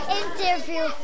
interview